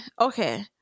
Okay